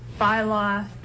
bylaw